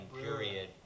period